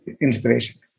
inspiration